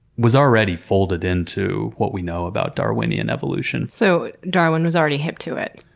was already folded into what we know about darwinian evolution. so, darwin was already hip to it.